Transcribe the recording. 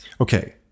okay